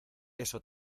eso